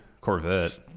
Corvette